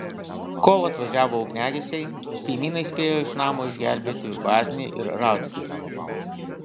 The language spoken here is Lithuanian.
kol atvažiavo ugniagesiai kaimynai spėjo iš namo išgelbėti vaznį ir rauckį